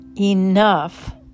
enough